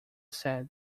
said